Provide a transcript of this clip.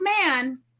man